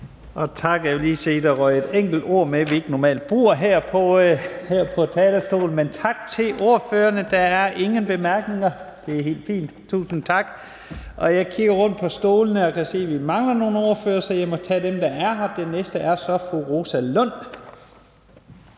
Tak. Jeg vil lige sige, at der røg et enkelt ord med, vi normalt ikke bruger her på talerstolen. Men tak til ordføreren. Der er ingen korte bemærkninger. Jeg kigger så rundt på stolene, og jeg kan se, at vi mangler nogle ordførere, så jeg må tage dem, der er her, og den næste ordfører er så fru Rosa Lund.